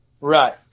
Right